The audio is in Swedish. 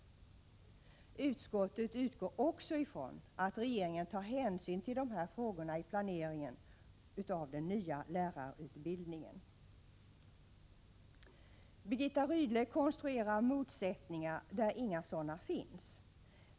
Utskottet utgår också från att regeringen tar hänsyn till dessa frågor vid planeringen av den nya lärarutbildningen. Birgitta Rydle konstruerar motsättningar där inga sådana finns.